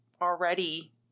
already